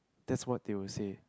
that's what they will say